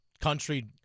country